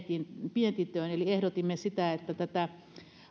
mietintöön eli ehdotimme sitä että tätä